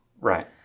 Right